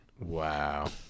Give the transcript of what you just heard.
Wow